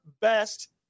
best